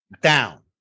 down